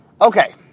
Okay